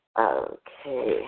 Okay